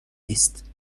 نیست